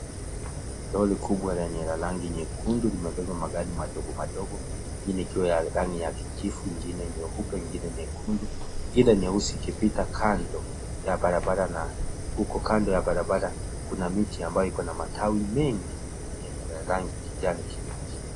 Lori kubwa lenye la rangi nyekundu limebeba magari madogo madogo ingine ikiwa ya rangi ya kijivu, ingine nyeupe ingine nyekundu, ingine nyeusi ikipita kando ya barabara na huko kando ya barabara kuna miti ambayo iko na matawi mengi yenye ya rangi kijani kibichi.